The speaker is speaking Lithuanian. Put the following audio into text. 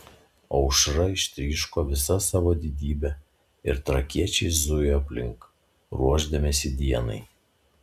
aušra ištryško visa savo didybe ir trakiečiai zujo aplink ruošdamiesi dienai